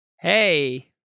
Hey